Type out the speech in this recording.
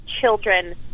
children